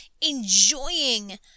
enjoying